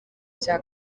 cya